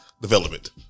development